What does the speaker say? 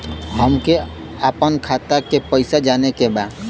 हमके आपन खाता के पैसा जाने के बा